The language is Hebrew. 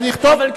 מכתב.